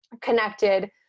connected